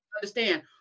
Understand